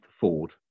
ford